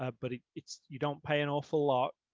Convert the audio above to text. ah but it's you don't pay an awful lot.